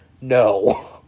no